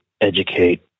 educate